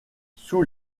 sous